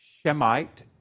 Shemite